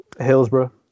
Hillsborough